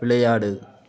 விளையாடு